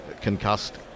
concussed